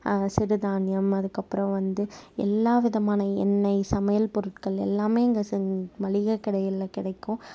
சிறு தானியம் அதுக்கு அப்றம் வந்து எல்லாம் விதமான எண்ணெய் சமையல் பொருட்கள் எல்லாம் இங்கே மலிகை கடையில் கிடைக்கும்